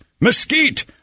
mesquite